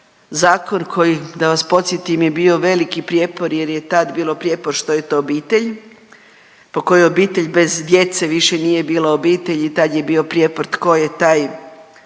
zakon koji, da vas podsjetim, je bio veliki prijepor jer je tad bilo prijepor što je to obitelj, po kojoj obitelj bez djece više nije bila obitelj i tad je bio prijepor tko je taj zakon